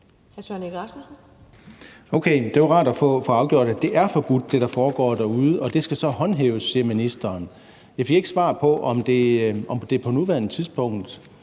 Okay, det var rart at få afgjort, at det, der foregår derude, er forbudt. Det skal så håndhæves, siger ministeren. Jeg fik ikke svar på, om det på nuværende tidspunkt